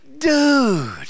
Dude